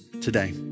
today